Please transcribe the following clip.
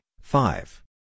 five